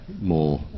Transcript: more